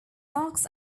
locks